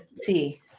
see